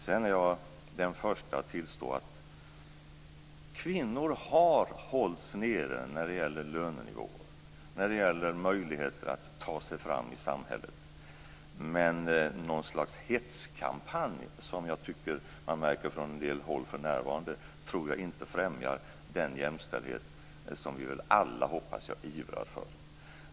Sedan är jag den första att tillstå att kvinnor har hållits nere när det gäller lönenivåer och när det gäller möjligheter att ta sig fram i samhället, men något slags hetskampanj, som jag tycker man märker från en del håll för närvarande, tror jag inte främjar den jämställdhet som vi väl alla, hoppas jag, ivrar för.